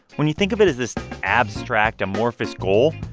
when you think of it as this abstract amorphous goal,